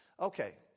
Okay